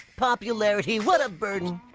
popularity. what a bother.